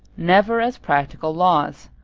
never as practical laws.